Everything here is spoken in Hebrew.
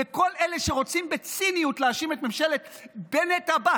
וכל אלה שרוצים בציניות להאשים את ממשלת בנט-עבאס,